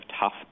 tough